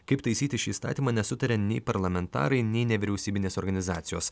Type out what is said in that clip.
kaip taisyti šį įstatymą nesutaria nei parlamentarai nei nevyriausybinės organizacijos